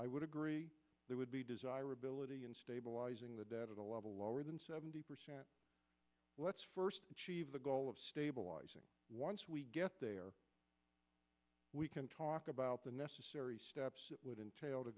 i would agree there would be desirability in stabilizing the debt at a level lower than seventy percent let's first of the goal of stabilizing once we get there we can talk about the necessary steps would entail to